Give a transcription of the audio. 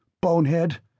Bonehead